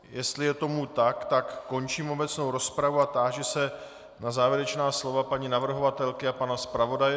Jestli je tomu tak, končím obecnou rozpravu a táži se na závěrečná slova paní navrhovatelky a pana zpravodaje.